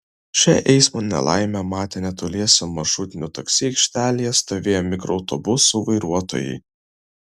šią eismo nelaimę matė netoliese maršrutinių taksi aikštelėje stovėję mikroautobusų vairuotojai